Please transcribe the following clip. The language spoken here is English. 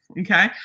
Okay